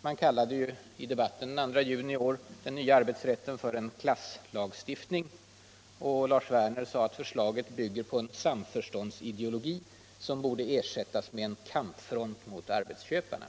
Man kallade i debatten den 2 juni i år den nya arbetsrätten för en ”klasslagstiftning”. Lars Werner sade, att förslaget bygger på en ”samförståndsideologi som borde ersättas med en kampfront mot arbetsköparna”.